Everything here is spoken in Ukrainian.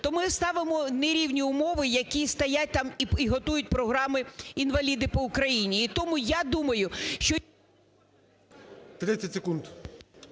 то ми ставимо нерівні умови, які стоять там і готують програми "інваліди по Україні". І тому я думаю, що… ГОЛОВУЮЧИЙ. 30 секунд.